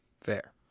Fair